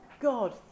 God